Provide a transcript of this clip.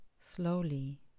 slowly